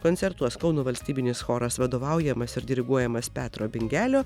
koncertuos kauno valstybinis choras vadovaujamas ir diriguojamas petro bingelio